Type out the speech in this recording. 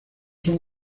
son